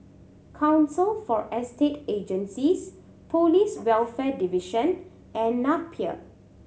Council for Estate Agencies Police Welfare Division and Napier